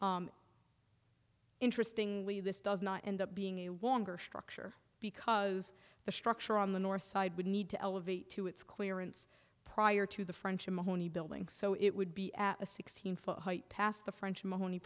sure interesting way this does not end up being a longer structure because the structure on the north side would need to elevate to its clearance prior to the french mahoney building so it would be at a sixteen foot height past the french mahoney